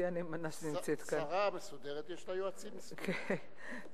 שרה מסודרת יש לה יועצים מסודרים.